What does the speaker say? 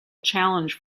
challenge